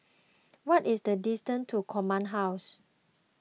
what is the distance to Command House